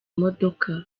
imodoka